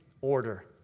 order